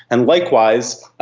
and likewise,